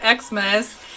Xmas